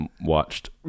watched